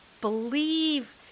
believe